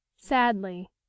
Sadly